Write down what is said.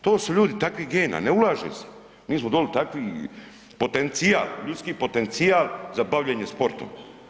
To su ljudi takvih gena, ne ulaže se, mi smo doli takvi potencijal, ljudski potencijal za bavljenje sportom.